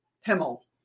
Himmel